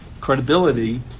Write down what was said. credibility